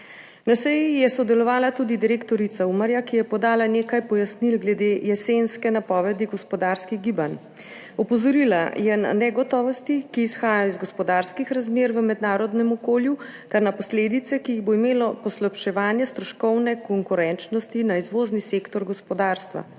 Na seji je sodelovala tudi direktorica Umarja, ki je podala nekaj pojasnil glede jesenske napovedi gospodarskih gibanj. Opozorila je na negotovosti, ki izhajajo iz gospodarskih razmer v mednarodnem okolju, ter na posledice, ki jih bo imelo poslabševanje stroškovne konkurenčnosti na izvozni sektor gospodarstva.